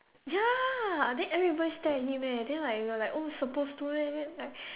ya then everybody stare at him eh then like we were like oh supposed to meh then like